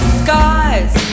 skies